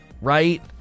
right